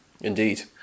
Indeed